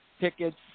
tickets